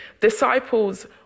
disciples